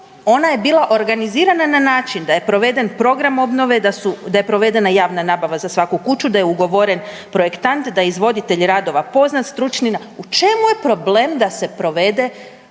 ona je bila organizirana na način da je proveden program obnove, da je provedena javna nabava za svaku kuću, da je ugovoren projektant, da je izvoditelj radova poznat stručni, u čemu je problem da se provede